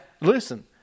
Listen